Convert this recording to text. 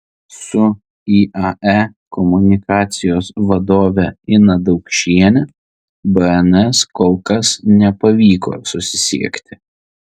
su iae komunikacijos vadove ina daukšiene bns kol kas nepavyko susisiekti